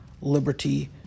liberty